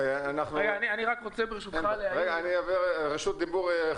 אני רק להעיר על